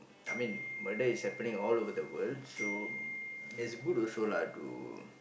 I mean murder is happening all over the world so it's good also lah to